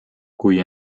kui